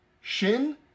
shin